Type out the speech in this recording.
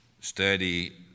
study